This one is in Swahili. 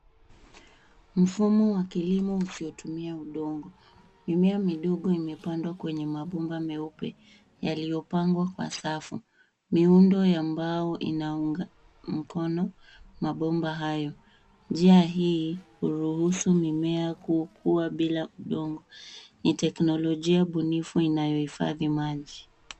Mfumo wa kilimo usiotumia udongo, mimea midogo imepandwa kwenye mabomba meupe yaliyopangwa kwa safu. Miundo ya mbao inaunga mkono mabomba hayo, Njia hii huruhusu mimea kukua bila udongo. Ni teknolojia bunifu inayohifadhi maji.